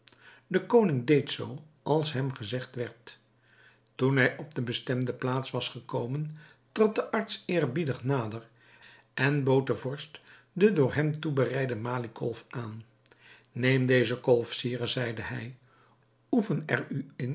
de koning deed zoo als hem gezegd werd toen hij op de bestemde plaats was gekomen trad de arts eerbiedig nader en bood den vorst de door hem toebereide maliekolf aan neem deze kolf sire zeide hij oefen er